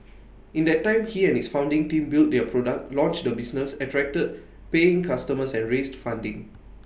in that time he and his founding team built their product launched the business attracted paying customers and raised funding